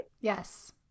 Yes